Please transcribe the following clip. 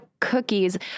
cookies